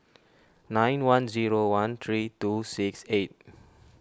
nine one zero one three two six eight